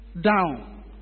down